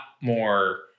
more